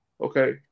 Okay